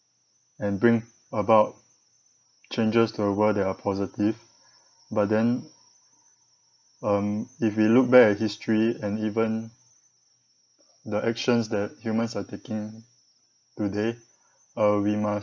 and bring about changes to the world that are positive but then um if we looked back at history and even the actions that humans are taking today uh we must